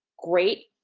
great,